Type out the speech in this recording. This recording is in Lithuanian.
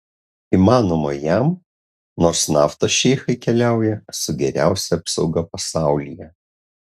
įmanoma jam nors naftos šeichai keliauja su geriausia apsauga pasaulyje